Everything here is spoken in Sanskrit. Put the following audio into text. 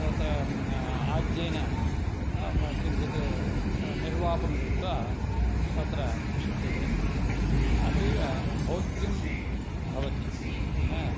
तत्र आज्येन नाम किञ्चित् निर्वापं कृत्वा तत्र क्षिप्यते अतीवभोग्यं भवति हा